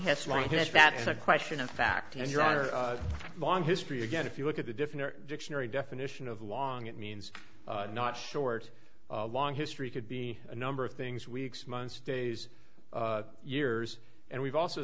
this that's a question of fact and your long history again if you look at the different dictionary definition of long it means not short long history could be a number of things weeks months days years and we've also